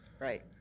Right